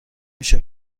میشه